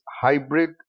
hybrid